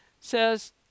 says